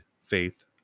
faith